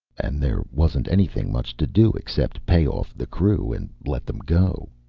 and there wasn't anything much to do except pay off the crew and let them go.